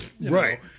Right